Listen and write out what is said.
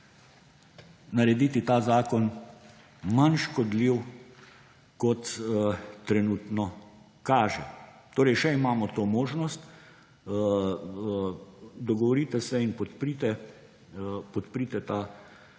narediti ta zakon manj škodljiv, kot se trenutno kaže. Še imamo to možnost. Dogovorite se in podprite ta amandma